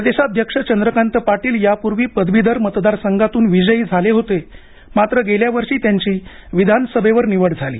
प्रदेशाध्यक्ष चंद्रकांत पाटील यापूर्वी पदवीधर मतदार संघातून विजयी झाले होते मात्र गेल्या वर्षी त्यांची विधानसभेवर निवड झाली